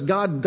God